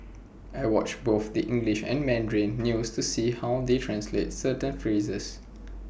I watch both the English and Mandarin news to see how they translate certain phrases